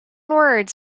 words